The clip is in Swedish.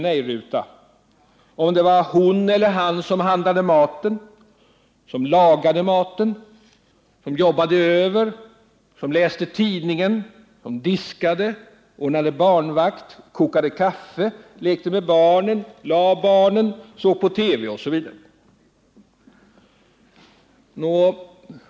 nej-ruta om det var han eller hon som handlade maten, lagade maten, jobbade över, läste tidningen, diskade, ordnade barnvakt, kokade kaffe, lekte med barnen, lade barnen, såg på TV osv.